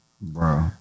Bro